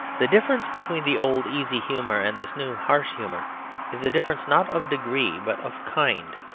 the difference between the old easy humour and this new harsh humour is a difference not of degree but of kind.